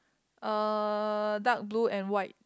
uh dark blue and white